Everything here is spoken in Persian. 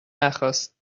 نخواست